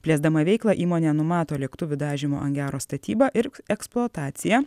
plėsdama veiklą įmonė numato lėktuvų dažymo angaro statybą ir eksploataciją